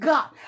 God